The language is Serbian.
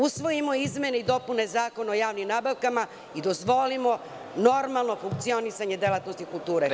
Usvojimo izmene i dopune Zakona o javnim nabavkama i dozvolimo normalno funkcionisanje delatnosti kulture.